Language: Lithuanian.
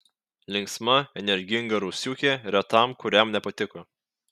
linksma energinga rusiukė retam kuriam nepatiko